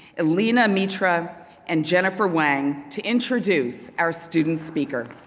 elena metra and jennifer wang to introduce our student speaker.